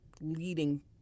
leading